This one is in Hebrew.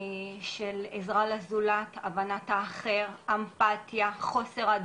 משתתפים בהן ילדים אפילו מגיל 14 שנותנים להם